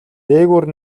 дээгүүр